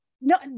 no